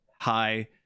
hi